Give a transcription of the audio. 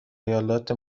ایالت